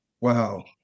Wow